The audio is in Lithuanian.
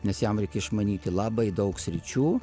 nes jam reikia išmanyti labai daug sričių